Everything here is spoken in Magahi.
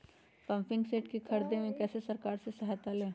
पम्पिंग सेट के ख़रीदे मे कैसे सरकार से सहायता ले?